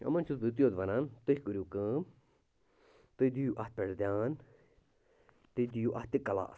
یِمَن چھُس بہٕ یِتُے یوت وَنان تُہۍ کٔرِو کٲم تُہۍ دِیِو اَتھ پٮ۪ٹھ دھیان تُہۍ دِیِو اَتھ تہِ کَلاس